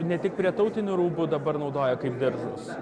ne tik prie tautinių rūbų dabar naudoja kaip diržus